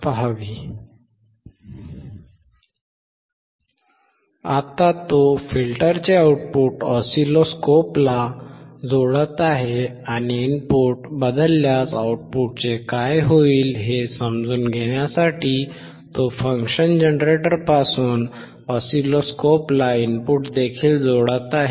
आता तो फिल्टरचे आऊटपुट ऑसिलोस्कोपला जोडत आहे आणि इनपुट बदलल्यास आउटपुटचे काय होईल हे समजून घेण्यासाठी तो फंक्शन जनरेटरपासून ऑसिलोस्कोपला इनपुट देखील जोडत आहे